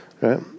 right